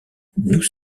nous